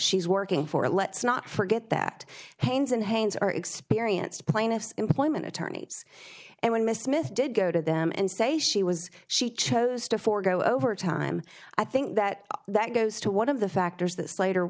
she's working for let's not forget that haynes and haynes are experienced plaintiff's employment attorneys and when mrs smith did go to them and say she was she chose to forgo overtime i think that that goes to one of the factors that slater